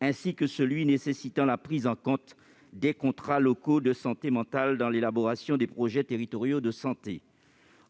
ainsi qu'à celui qui visait à imposer la prise en compte des conseils locaux de santé mentale (CLSM) dans l'élaboration des projets territoriaux de santé.